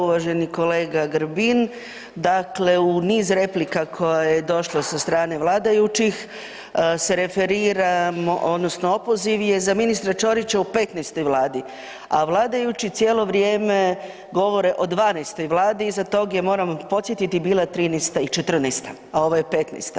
Uvaženi kolega Grbin, dakle u niz replika koje je došlo sa strane vladajućih se referira odnosno opoziv je za ministra Ćorića u 15-toj Vladi, a vladajući cijelo vrijeme govore o 12-toj Vladi, iza tog je moram podsjetiti bila 13 i 14, a ovo je 15.